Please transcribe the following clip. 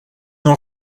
não